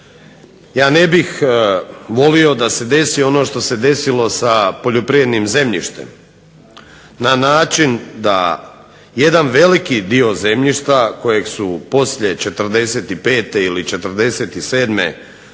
Ja ne bih volio da se desi ono što se desilo sa poljoprivrednim zemljištem na način da jedan veliki dio zemljišta kojeg su poslije '45. ili '47. preuzeli